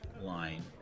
line